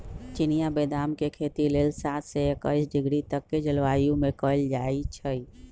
चिनियाँ बेदाम के खेती लेल सात से एकइस डिग्री तक के जलवायु में कएल जाइ छइ